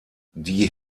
die